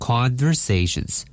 Conversations